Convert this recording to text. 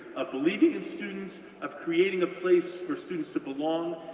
ah believing in students, of creating a place for students to belong,